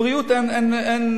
בבריאות אין גדרות,